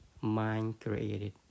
mind-created